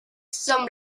son